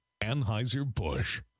Anheuser-Busch